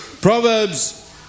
Proverbs